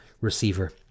receiver